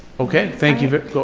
okay, thank you, go.